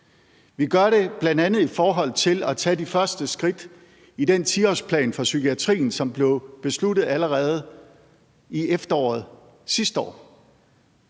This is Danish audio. Vi gør det bl.a. i forhold til at tage de første skridt i den 10-årsplan for psykiatrien, som blev besluttet allerede i efteråret sidste år.